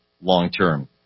long-term